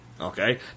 Okay